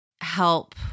help